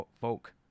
folk